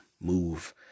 move